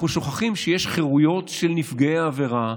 אנחנו שוכחים שיש חירויות של נפגעי עבירה,